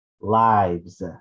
lives